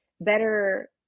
better